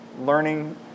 learning